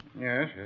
Yes